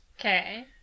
Okay